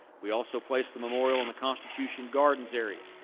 we also place the memorial on the constitution gardens area.